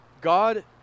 God